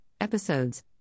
Episodes